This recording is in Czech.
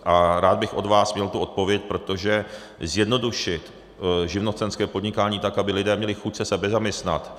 A rád bych od vás měl tu odpověď, protože zjednodušit živnostenské podnikání tak, aby lidé měli chuť se sebezaměstnat.